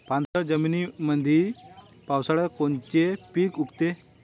पाणथळ जमीनीमंदी पावसाळ्यात कोनचे पिक उगवते?